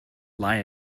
lie